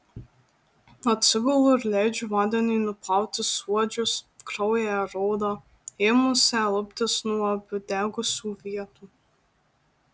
atsigulu ir leidžiu vandeniui nuplauti suodžius kraują ir odą ėmusią luptis nuo apdegusių vietų